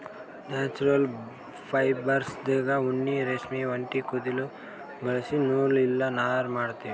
natural ಫೈಬರ್ಸ್ದಾಗ್ ಉಣ್ಣಿ ರೇಷ್ಮಿ ಒಂಟಿ ಕುದುಲ್ ಬಳಸಿ ನೂಲ್ ಇಲ್ಲ ನಾರ್ ಮಾಡ್ತೀವಿ